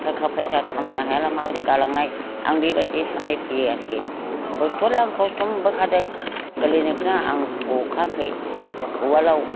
थाखा फैसा खामायनो हायाब्ला माबोरै गालांनाय आं बेबायदि साननाय फैयो आरोखि खस्त'आलाय आं खस्त' मोनबोखादों गोरलैनिफ्रायनो आं गखायाखै उवालाव